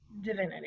divinity